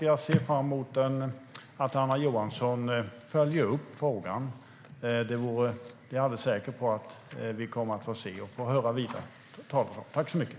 Jag ser fram emot att Anna Johansson följer upp frågan. Jag är alldeles säker på att vi kommer att få se och höra mer om detta.